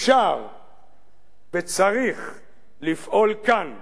אפשר וצריך לפעול כאן באמונה,